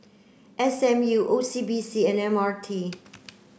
S M U O C B C and M R T